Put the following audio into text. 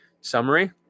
Summary